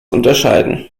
unterscheiden